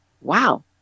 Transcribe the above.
Wow